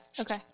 okay